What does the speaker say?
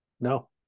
No